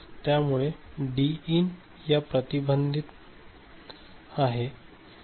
त्यामुळे डी इन या प्रतिबंधित आहे